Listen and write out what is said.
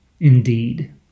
Indeed